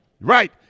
Right